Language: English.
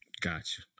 Gotcha